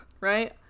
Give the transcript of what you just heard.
right